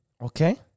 Okay